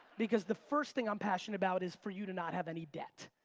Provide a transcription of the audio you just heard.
because the first thing i'm passionate about is for you to not have any debt.